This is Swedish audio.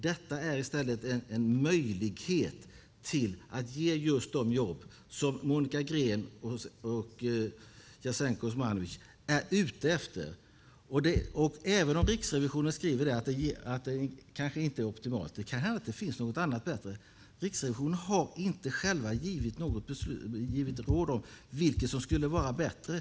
Det är i stället en möjlighet att ge just de jobb som Monica Green och Jasenko Omanovic är ute efter. Även om Riksrevisionen skriver att detta kanske inte är optimalt - det kan hända att det finns något annat som är bättre - har de inte själva givit något råd om vad som skulle vara bättre.